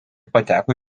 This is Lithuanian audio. pateko